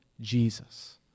Jesus